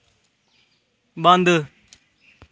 बंद